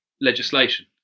legislation